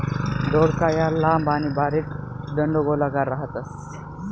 दौडका या लांब आणि बारीक दंडगोलाकार राहतस